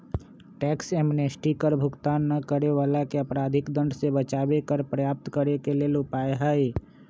tax amnesty कर भुगतान न करे वलाके अपराधिक दंड से बचाबे कर प्राप्त करेके लेल उपाय हइ